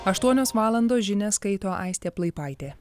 aštuonios valandos žinias skaito aistė plaipaitė